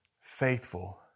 faithful